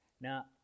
Now